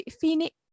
phoenix